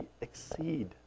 exceed